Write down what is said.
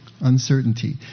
uncertainty